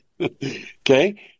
Okay